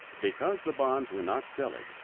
because the bonds were not selling,